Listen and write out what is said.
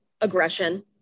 aggression